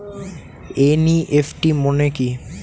NEFT মনে কি?